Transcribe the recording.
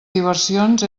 diversions